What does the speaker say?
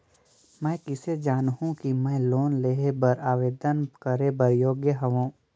मैं किसे जानहूं कि मैं लोन लेहे बर आवेदन करे बर योग्य हंव?